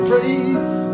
Praise